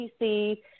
pc